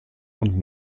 und